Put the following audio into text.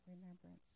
remembrance